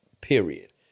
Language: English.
period